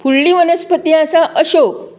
फुडलीं वन्सपती आसा अशोक